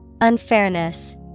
Unfairness